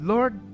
Lord